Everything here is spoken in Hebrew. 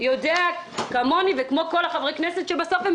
יודע כמוני וכמו כל חברי הכנסת שבסוף הם